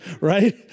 right